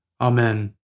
Amen